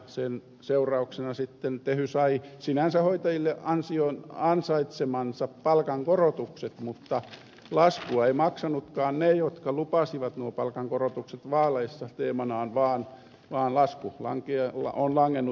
sen seurauksena sitten tehy sai hoitajille sinänsä heidän ansaitsemansa palkankorotukset mutta laskua eivät maksaneetkaan ne jotka lupasivat nuo palkankorotukset vaaleissa teemanaan vaan lasku on langennut kunnille